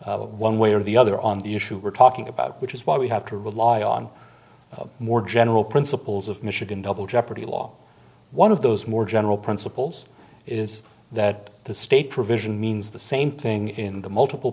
held one way or the other on the issue we're talking about which is why we have to rely on a more general principles of michigan double jeopardy law one of those more general principles is that the state provision means the same thing in the multiple